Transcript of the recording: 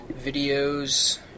videos